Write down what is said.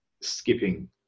skipping